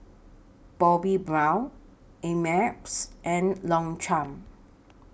Bobbi Brown Ameltz and Longchamp